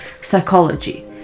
psychology